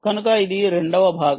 కనుక ఇది రెండవ భాగం